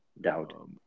Doubt